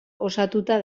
osatuta